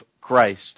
Christ